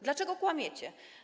Dlaczego kłamiecie?